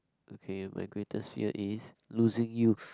okay my greatest fear is losing you